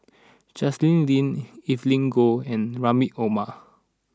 Justin Lean Evelyn Goh and Rahim Omar